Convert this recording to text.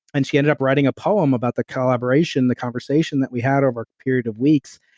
and she ended up writing a poem about the collaboration, the conversation that we had over a period of weeks.